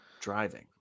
driving